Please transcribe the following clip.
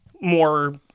more